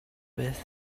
beth